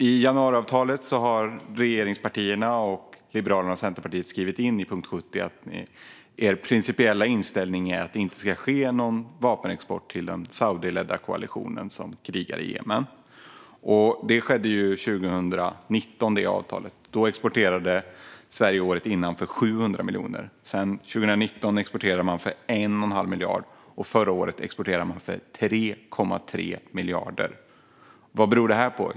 I januariavtalet har regeringspartierna och Liberalerna och Centerpartiet skrivit in i punkt 70 att er principiella inställning är att det inte ska ske någon vapenexport till den saudiledda koalitionen som krigar i Jemen. Avtalet ingicks 2019. Sverige exporterade året innan dess för 700 miljoner. 2019 exporterade man för 1 1⁄2 miljard, och förra året exporterade man för 3,3 miljarder. Vad beror det här på?